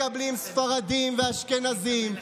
מקבלים ספרדים ואשכנזים,